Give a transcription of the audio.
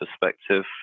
perspective